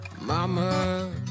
mama